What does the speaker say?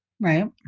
Right